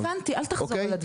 הבנתי, אל תחזור על הדברים.